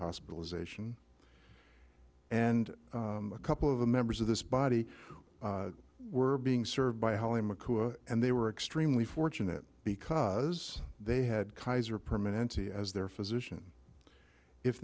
hospitalization and a couple of the members of this body were being served by holy mcu and they were extremely fortunate because they had kaiser permanente as their physician if